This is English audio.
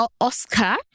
Oscar